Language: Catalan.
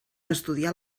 estudià